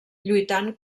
lluitant